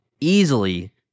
easily